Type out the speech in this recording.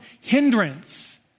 hindrance